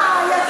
בבקשה,